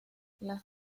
las